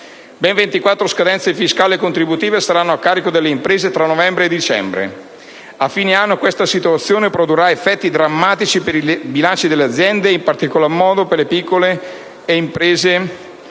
Ben 24 scadenze fiscali e contributive saranno a carico delle imprese tra novembre e dicembre. A fine anno questa situazione produrrà effetti drammatici per i bilanci delle aziende, in particolar modo per quelle di